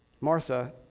Martha